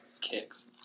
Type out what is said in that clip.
Kicks